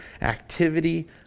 Activity